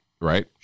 Right